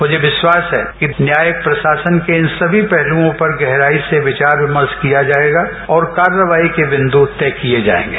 मुझे विश्वास है न्यायिक प्रशासन के इन सभी पहलुओं पर गहराई से विचार विर्मा किया जाएगा और कार्यवाही के बिंदु तय किए जाएंगे